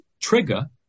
trigger